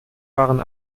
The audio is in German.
waren